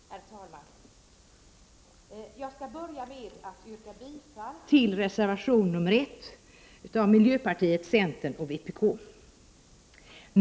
30 november 1988 = Herr talman! Jag skall börja med att yrka bifall till reservation nr 1 från miljöpartiet, centern och vpk.